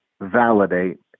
validate